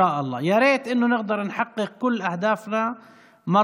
באה שקד והוציאה אותם.